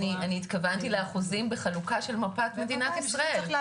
אני התכוונתי לאחוזים בחלוקה של מפת מדינת ישראל,